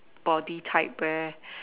body type where